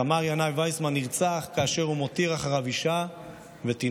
סמ"ר ינאי ויסמן נרצח כאשר הוא מותיר אחריו אישה ותינוקת.